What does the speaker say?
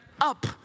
up